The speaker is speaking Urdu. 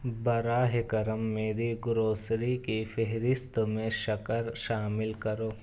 براہ کرم میری گروسری کی فہرست میں شکر شامل کرو